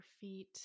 feet